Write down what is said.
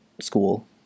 school